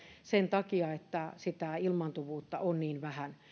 sen takia että sitä ilmaantuvuutta on niin vähän